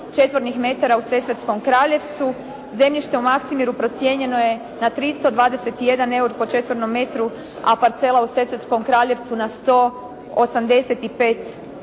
četvornih metara u Sesvetskom Kraljevcu. Zemljište u Maksimiru procijenjeno je na 321 € po četvornom metru, a parcela u Sesvetskom Kraljevcu na 185 €.